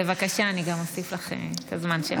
בבקשה, גם אוסיף לך את הזמן שלך.